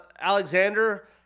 Alexander